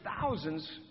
thousands